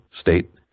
state